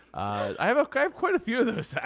i have a kind of quite a few of those